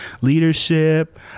leadership